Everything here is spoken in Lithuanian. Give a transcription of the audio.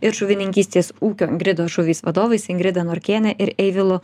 ir žuvininkystės ūkio ingridos žuvys vadovais ingrida norkiene ir eivilu